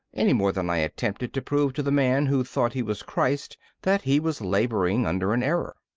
any more than i attempted to prove to the man who thought he was christ that he was labouring under an error.